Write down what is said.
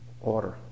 order